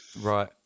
Right